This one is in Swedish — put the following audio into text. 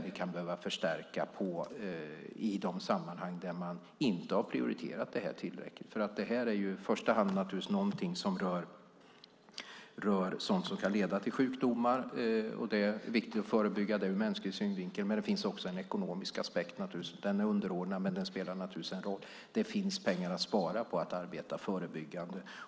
Vi kan behöva förstärka i de sammanhang där man inte har prioriterat detta tillräckligt. Detta är i första hand en fråga som rör sådant som kan leda till sjukdomar, som är viktiga att förebygga ur mänsklig synvinkel. Men det finns också en ekonomisk aspekt. Den är underordnad men spelar naturligtvis en roll. Det finns pengar att spara på att arbeta förebyggande.